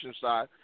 side